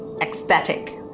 ecstatic